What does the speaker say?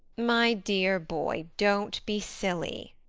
my dear boy, don't be silly.